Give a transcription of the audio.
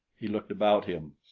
he looked about him.